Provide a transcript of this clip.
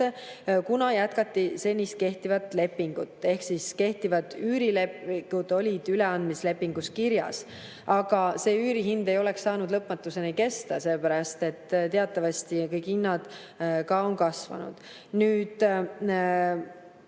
kuna jätkati senist kehtivat lepingut. Seega siis kehtivad üürilepingud olid üleandmislepingus kirjas. Aga see üürihind ei oleks saanud lõpmatuseni kesta, sellepärast et teatavasti kõik hinnad on kasvanud. Nüüd,